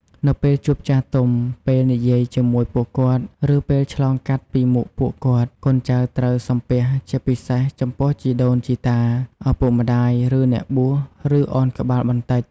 នៅពេលជួបចាស់ទុំ ពេលនិយាយជាមួយពួកគាត់ ឬពេលឆ្លងកាត់ពីមុខពួកគាត់ កូនចៅត្រូវ សំពះ ជាពិសេសចំពោះជីដូនជីតា ឪពុកម្ដាយ ឬអ្នកបួស ឬ ឱនក្បាលបន្តិច។